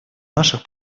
наших